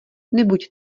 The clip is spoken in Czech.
nebuď